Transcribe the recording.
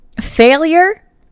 failure